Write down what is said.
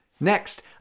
Next